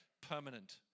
permanent